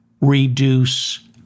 reduce